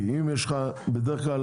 בדרך כלל,